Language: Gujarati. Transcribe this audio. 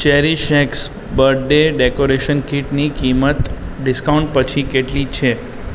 ચૅરીશૅક્સ બર્થડે ડેકોરેશન કીટની કિંમત ડિસ્કાઉન્ટ પછી કેટલી છે